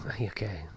Okay